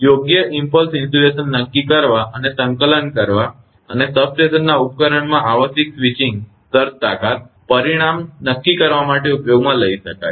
યોગ્ય impulse insulation નક્કી કરવા અને સંકલન કરવા અને સબસ્ટેશન ઉપકરણમાં આવશ્યક સ્વિચિંગ સર્જ તાકાત પરિણામ નક્કી કરવા માટે ઉપયોગમાં લઈ શકાય છે